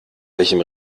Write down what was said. welchem